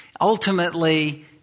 ultimately